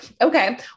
Okay